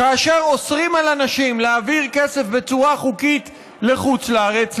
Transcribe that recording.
כאשר אוסרים על אנשים להעביר כסף בצורה חוקית לחוץ לארץ,